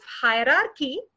hierarchy